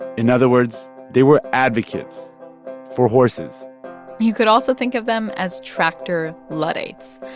in other words, they were advocates for horses you could also think of them as tractor luddites.